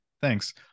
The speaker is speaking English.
Thanks